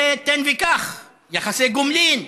זה תן וקח, יחסי גומלין.